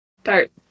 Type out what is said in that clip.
start